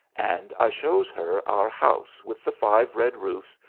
and i shows her our house with the five red roofs,